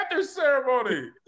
ceremony